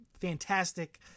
fantastic